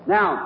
Now